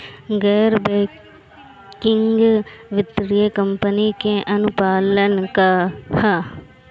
गैर बैंकिंग वित्तीय कंपनी के अनुपालन का ह?